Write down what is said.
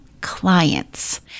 clients